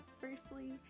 firstly